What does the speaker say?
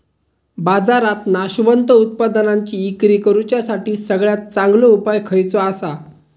बाजारात नाशवंत उत्पादनांची इक्री करुच्यासाठी सगळ्यात चांगलो उपाय खयचो आसा?